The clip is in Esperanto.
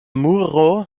muro